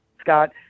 Scott